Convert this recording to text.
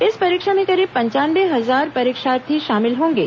इस परीक्षा में करीब पंचानवे हजार परीक्षार्थी शामिल होंगे